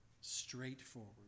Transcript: Straightforward